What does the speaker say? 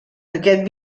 aquest